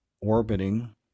orbiting